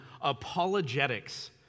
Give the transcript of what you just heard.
apologetics